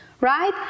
right